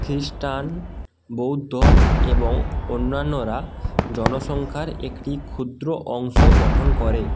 খ্রিস্টান বৌদ্ধ এবং অন্যান্যরা জনসংখ্যার একটি ক্ষুদ্র অংশ গঠন করে